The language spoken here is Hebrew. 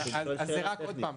אני שואל שאלה טכנית.